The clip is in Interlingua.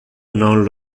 non